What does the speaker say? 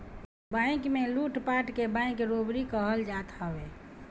bank में लूटपाट के बैंक रोबरी कहल जात हवे